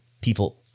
people